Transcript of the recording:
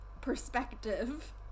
perspective